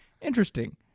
Interesting